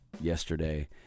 yesterday